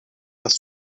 das